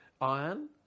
iron